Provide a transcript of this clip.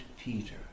Peter